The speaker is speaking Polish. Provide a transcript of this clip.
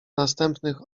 następnych